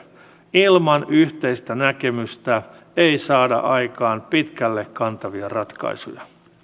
ilman yhteistä näkemystä ei saada aikaan pitkälle kantavia ratkaisuja